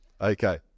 Okay